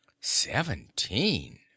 seventeen